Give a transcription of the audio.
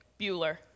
Bueller